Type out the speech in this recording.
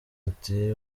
ati